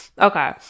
Okay